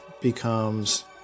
becomes